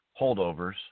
holdovers